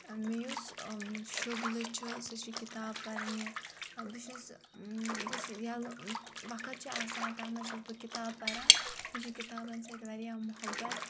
مےٚ یُس شُگلہٕ چھُ سُہ چھُ کِتاب پَرنہِ بہٕ چھَس یُس ی یلہٕ وقت چھُ آسان تَتھ منٛز چھَس بہٕ کِتاب پَران مےٚ چھُ کِتابَن سۭتۍ واریاہ محبت